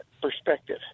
perspective